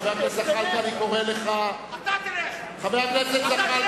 אתה תלך, זאת